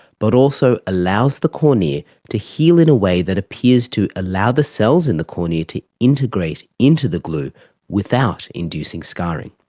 but also allows the cornea to heal in a way that appears to allow the cells in the cornea to integrate into the glue without inducing scarring.